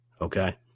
Okay